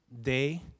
day